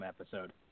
episode